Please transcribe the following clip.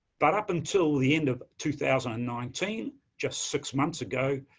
but up until the end of two thousand and nineteen, just six months ago,